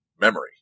memory